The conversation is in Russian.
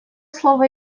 слово